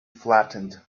flattened